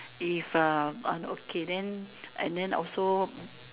if uh and okay then and then also